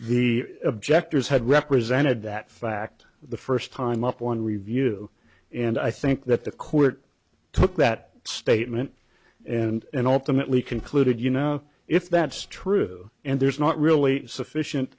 the objectors had represented that fact the first time up one review and i think that the court took that statement and ultimately concluded you know if that's true and there's not really sufficient